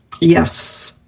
Yes